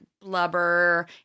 Blubber